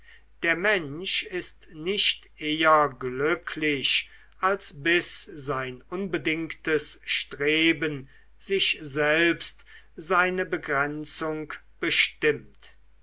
der mensch ist nicht eher glücklich als bis sein unbedingtes streben sich selbst seine begrenzung bestimmt